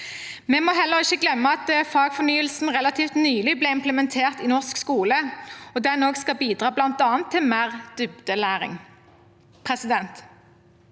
Vi må heller ikke glemme at fagfornyelsen relativt nylig ble implementert i norsk skole. Den skal også bidra bl.a. til mer dybdelæring.